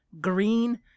green